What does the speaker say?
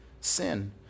sin